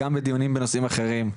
גם בדיונים בנושאים אחרים,